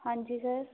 ਹਾਂਜੀ ਸਰ